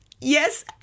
yes